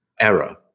error